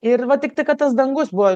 ir va tiktai kad tas dangus buvo